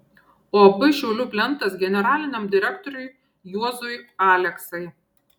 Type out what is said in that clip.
uab šiaulių plentas generaliniam direktoriui juozui aleksai